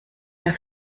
mehr